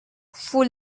fool